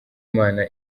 imana